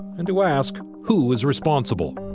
and to ask who is responsible.